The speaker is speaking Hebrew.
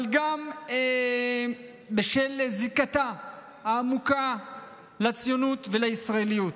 אבל גם בשל זיקתה העמוקה לציונות ולישראליות.